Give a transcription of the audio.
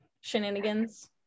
shenanigans